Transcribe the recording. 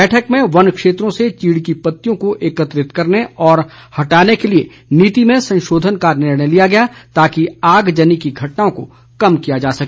बैठक में वन क्षेत्रों से चीड़ की पत्तियों को एकत्रित करने और हटाने के लिए नीति में संशोधन का निर्णय लिया गया ताकि आगजनी की घटनाओं को कम किया जा सके